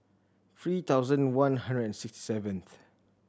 three thousand one hundred and sixty seventh